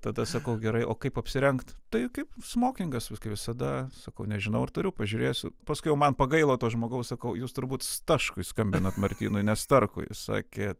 tada sakau gerai o kaip apsirengt tai kaip smokingas kaip visada sakau nežinau ar turiu pažiūrėsiu paskui jau man pagailo to žmogaus sakau jūs turbūt staškui skambinot martynui ne starkui sakė